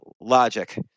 logic